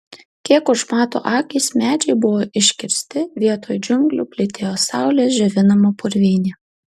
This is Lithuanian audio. kiek užmato akys medžiai buvo iškirsti vietoj džiunglių plytėjo saulės džiovinama purvynė